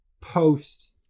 post